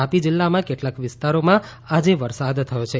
તાપી જીલ્લામાં કેટલાક વિસ્તારોમાં આજે વરસાદ થયો છે